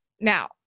Now